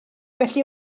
felly